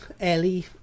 Ellie